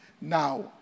Now